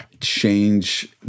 change